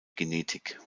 genetik